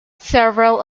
several